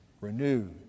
renewed